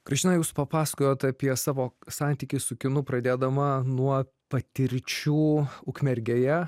kristina jūs papasakojote apie savo santykį su kinu pradedama nuo patirčių ukmergėje